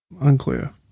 Unclear